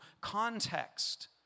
context